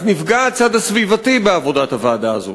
אז נפגע הצד הסביבתי בעבודת הוועדה הזו.